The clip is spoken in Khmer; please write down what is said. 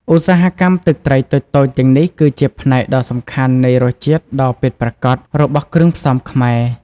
ឧស្សាហកម្មទឹកត្រីតូចៗទាំងនេះគឺជា ផ្នែកដ៏សំខាន់ នៃរសជាតិដ៏ពិតប្រាកដរបស់គ្រឿងផ្សំខ្មែរ។